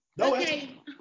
Okay